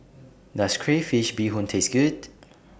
Does Crayfish Beehoon Taste Good